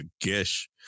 Gish